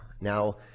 Now